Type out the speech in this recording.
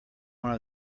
one